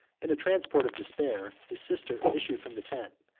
in a transport of despair his sister issued from the tent,